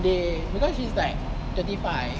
they because she's like thirty five